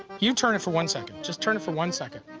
you turn it for one second, just turn it for one second.